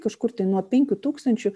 kažkur tai nuo penkių tūkstančių